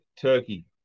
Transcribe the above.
turkey